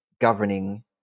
governing